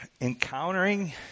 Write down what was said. Encountering